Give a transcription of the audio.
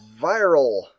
viral